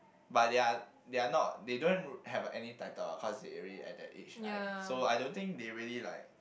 but they are they are not they don't have any title lah cause they already at that age I so I don't think they really like